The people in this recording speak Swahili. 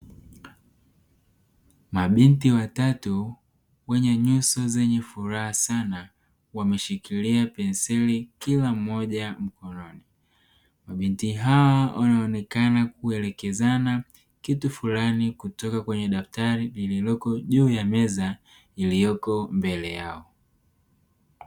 Mabinti watatu wenye nyuso zenye furaha sana wameshikilia penseli kila mmoja mkononi. Mabinti hawa wanaonekana kuelekezana kitu fulani kutoka kwenye daftari lililoko juu ya meza ilioko mbele yao.